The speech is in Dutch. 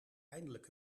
eindelijk